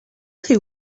who